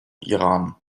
iran